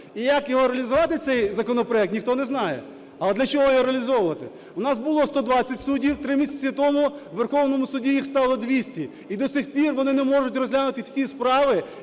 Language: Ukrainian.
І як його реалізувати цей законопроект ніхто не знає. Але для чого його реалізовувати? У нас було 120 суддів три місяці тому, в Верховному Суді їх стало 200, і до сих пір вони не можуть розглянути всі справи,